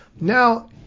now